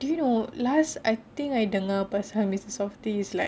do you know last I think I dengar pasal mister softee is like